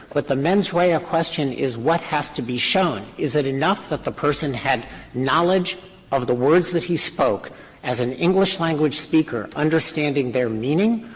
but the mens rea ah question is what has to be shown. is it enough that the person had knowledge of the words that he spoke as an english language speaker understanding their meaning,